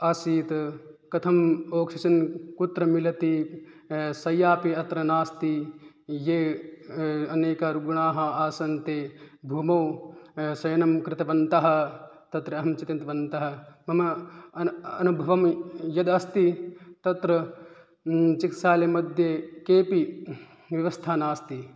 आसीत् कथम् आक्सिज़ेन् कुत्र मिलति शय्या अपि अत्र नास्ति ये अनेके रुग्णाः आसन् ते भूमौ शयनं कृतवन्तः तत्र अहं चिन्तितवन्तः मम अनुभवं यद् अस्ति तत्र चिकित्सालयमध्ये केऽपि व्यवस्था नास्ति